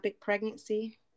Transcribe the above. pregnancy